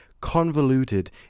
convoluted